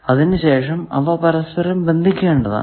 അതിനു ശേഷം അവ പരസ്പരം ബന്ധിപ്പിക്കേണ്ടതാണ്